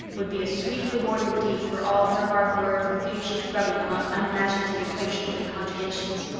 would be a sweet reward indeed for all her hard work and patient grubbing among unimaginative equations and conjugations.